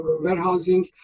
warehousing